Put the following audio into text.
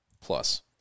plus